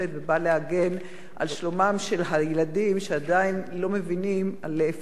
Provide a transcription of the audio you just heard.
ובאה להגן על שלומם של הילדים שעדיין לא מבינים לאיפה הם נכנסים.